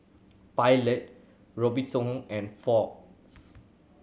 Pilot Robitussin and Fox